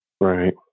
Right